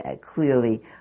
clearly